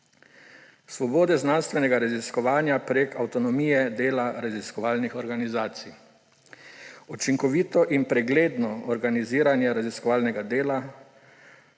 svobode znanstvenega raziskovanja prek avtonomije dela raziskovalnih organizacij; učinkovito in pregledno organiziranje raziskovalnega dela,